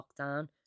lockdown